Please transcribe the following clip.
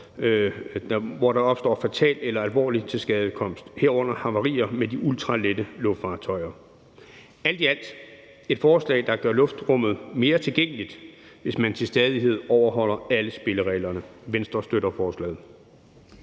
hvor der opstår fatal eller alvorlig tilskadekomst, herunder havarier med de ultralette luftfartøjer. Alt i alt er det et forslag, der gør luftrummet mere tilgængeligt, hvis man til stadighed overholder alle spillereglerne. Venstre støtter forslaget.